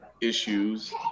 issues